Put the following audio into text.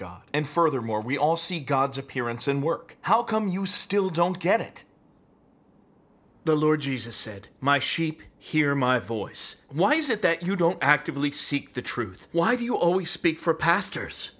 god and furthermore we all see god's appearance and work how come you still don't get it the lord jesus said my sheep hear my voice why is it that you don't actively seek the truth why do you always speak for pastors